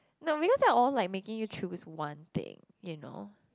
no because they are all like making you choose one thing you know